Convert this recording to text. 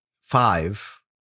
five